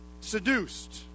Seduced